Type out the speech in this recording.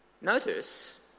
Notice